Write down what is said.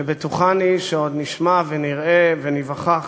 שבטוחני שעוד נשמע ונראה וניווכח